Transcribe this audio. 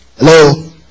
Hello